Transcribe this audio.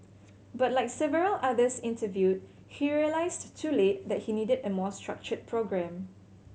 but like several others interviewed he realised too late that he needed a more structured programme